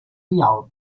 rialp